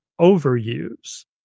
overuse